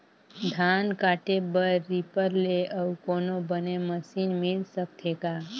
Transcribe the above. धान काटे बर रीपर ले अउ कोनो बने मशीन मिल सकथे का?